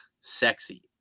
sexy